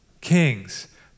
kings